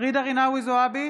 ג'ידא רינאוי זועבי,